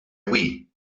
wii